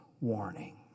warning